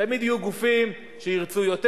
תמיד יהיו גופים שירצו יותר.